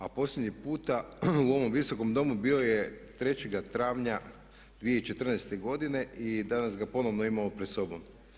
A posljednji puta u ovom Visokom domu bio je 3. travnja 2014. godine i danas ga ponovno pred sobom.